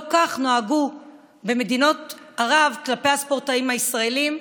לא כך נהגו במדינות ערב כלפי הספורטאים הישראלים,